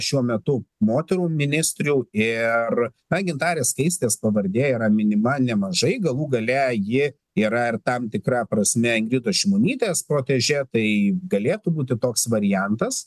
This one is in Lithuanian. šiuo metu moterų ministrių ir na gintarės skaistės pavardė yra minima mažai galų gale ji yra ir tam tikra prasme ingridos šimonytės protežė tai galėtų būti toks variantas